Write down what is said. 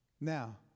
Now